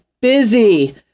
busy